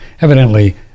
Evidently